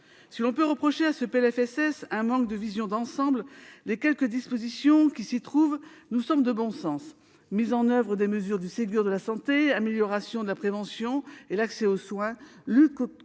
Si l'on peut reprocher à ce PLFSS un manque de vision d'ensemble, les quelques dispositions qui s'y trouvent nous semblent de bon sens : mise en oeuvre des mesures du Ségur de la santé, amélioration de la prévention et de l'accès aux soins, lutte